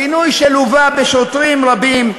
פינוי שלווה בשוטרים רבים,